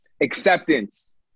Acceptance